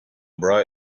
bright